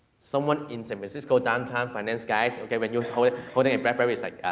someone in san francisco downtown, finance guys, okay, when you're holding a blackberry, is like,